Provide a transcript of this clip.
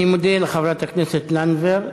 אני מודה לחברת הכנסת לנדבר.